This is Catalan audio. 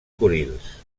kurils